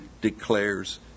declares